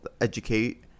Educate